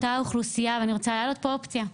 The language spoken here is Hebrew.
אני רוצה להעלות פה אופציה,